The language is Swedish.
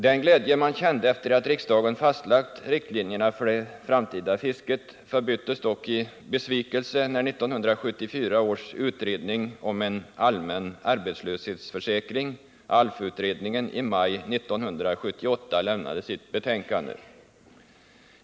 Den glädje man kände efter det att riksdagen fastlagt riktlinjerna för det framtida fisket förbyttes dock i besvikelse när 1974 års utredning om en allmän arbetslöshetsförsäkring — ALF-utredningen — i maj 1978 lämnade sitt betänkande.